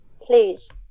please